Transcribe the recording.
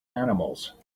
animals